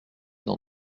dans